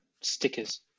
stickers